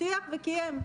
הבטיח קיים.